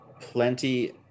plenty